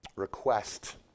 Request